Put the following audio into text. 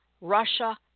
Russia